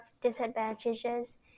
Disadvantages